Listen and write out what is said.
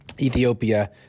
Ethiopia